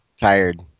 tired